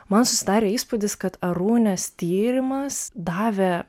man susidarė įspūdis kad arūnės tyrimas davė